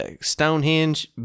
Stonehenge